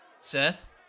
Seth